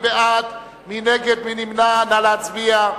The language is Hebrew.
נא להצביע.